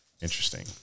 interesting